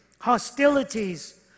hostilities